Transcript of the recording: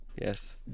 yes